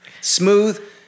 Smooth